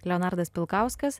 leonardas pilkauskas